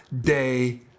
day